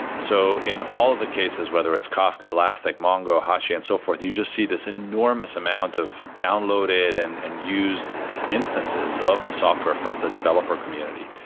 so in all the cases, whether it's kafka, elastic, mongo, hashi and so forth, you just see this enormous amount of downloaded and and used instances of the software from the developer community.